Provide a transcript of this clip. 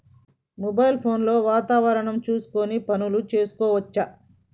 Mobile phone లో వాతావరణం చూసుకొని పనులు చేసుకోవచ్చా?